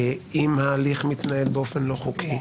אם ההליך מתנהל באופן לא חוקי.